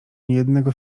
niejednego